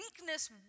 weakness